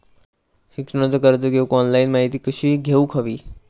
शिक्षणाचा कर्ज घेऊक ऑनलाइन माहिती कशी घेऊक हवी?